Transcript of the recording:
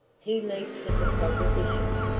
he leaped at the proposition,